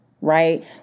right